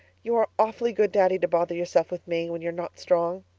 you are awfully good, daddy, to bother yourself with me, when you're not strong.